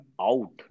out